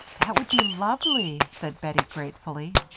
that would be lovely, said bettie, gratefully.